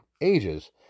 ages